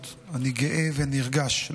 חוקי.